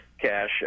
cash